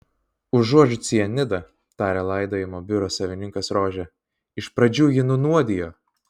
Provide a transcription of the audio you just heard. užuodžiu cianidą tarė laidojimo biuro savininkas rožė iš pradžių jį nunuodijo